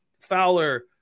Fowler